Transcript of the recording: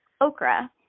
okra